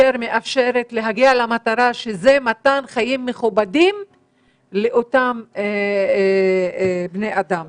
יותר מאפשרת להגיע למטרה שזה מתן חיים מכובדים לאותם בני אדם.